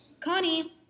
Connie